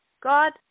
God